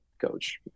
coach